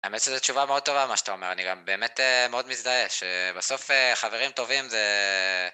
האמת שזו תשובה מאוד טובה, מה שאתה אומר, אני באמת מאוד מזדהה שבסוף חברים טובים זה...